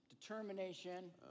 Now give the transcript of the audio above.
determination